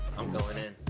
i'm going in.